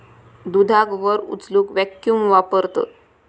दुधाक वर उचलूक वॅक्यूम वापरतत